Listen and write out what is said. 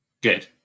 Good